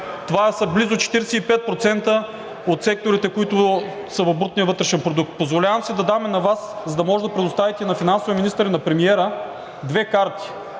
това са близо 45% от секторите, които са в брутния вътрешен продукт. Позволявам си да дам и на Вас, за да можете да предоставите на финансовия министър и на премиера, две карти.